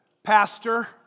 Pastor